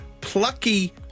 plucky